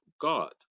God